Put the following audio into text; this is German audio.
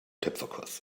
töpferkurs